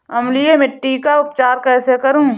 अम्लीय मिट्टी का उपचार कैसे करूँ?